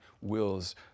wills